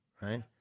Right